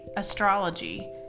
astrology